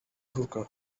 hookah